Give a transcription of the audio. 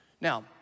Now